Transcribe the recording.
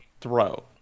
throw